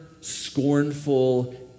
scornful